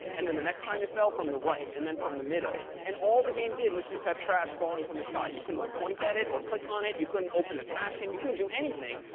and then the next time it fell, from the right and then from the middle. and all the game did was just have trash falling from the sky. you couldn't point at it or click on it. couldn't open the trash can. you couldn't do anything.